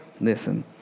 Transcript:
listen